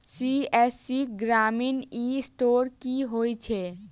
CSC ग्रामीण e store की होइ छै?